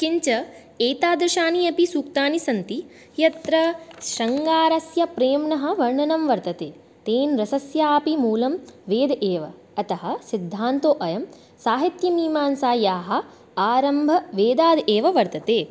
किञ्च एतादृशानि अपि सूक्तानि सन्ति यत्र शृङ्गारस्य प्रेम्णः वर्णनं वर्तते तेन रसस्यापि मूलं वेदः एव अतः सिद्धान्तो अयं साहित्यमीमांसायाः आरम्भः वेदात् एव वर्तते